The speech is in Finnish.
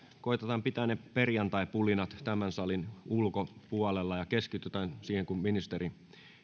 koetetaan pitää ne perjantaipulinat tämän salin ulkopuolella ja keskitytään siihen kun ministeri